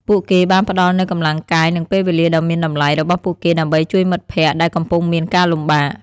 ពួកគេបានផ្តល់នូវកម្លាំងកាយនិងពេលវេលាដ៏មានតម្លៃរបស់ពួកគេដើម្បីជួយមិត្តភក្តិដែលកំពុងមានការលំបាក។